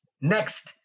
Next